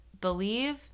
believe